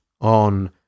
on